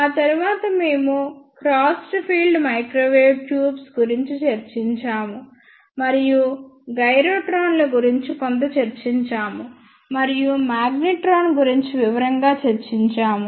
ఆ తరువాత మేము క్రాస్డ్ ఫీల్డ్ మైక్రోవేవ్ ట్యూబ్స్ గురించి చర్చించాము మరియు గైరోట్రాన్ల గురించి కొంత చర్చించాము మరియు మాగ్నెట్రాన్ గురించి వివరంగా చర్చించాము